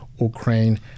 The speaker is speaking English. Ukraine